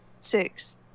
Six